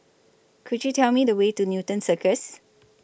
Could YOU Tell Me The Way to Newton Cirus